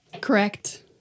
Correct